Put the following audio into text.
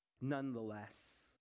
nonetheless